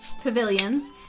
pavilions